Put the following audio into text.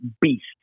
beast